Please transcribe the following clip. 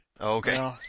Okay